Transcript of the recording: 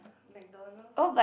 MacDonalds